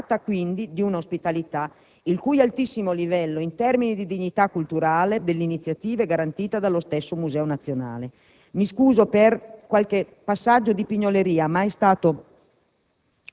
Si tratta quindi di un'ospitalità il cui altissimo livello, in termini di dignità culturale dell'iniziativa, è garantito dallo stesso Museo Nazionale. Mi scuso per qualche passaggio di pignoleria ma è stato